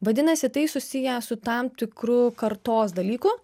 vadinasi tai susiję su tam tikru kartos dalyku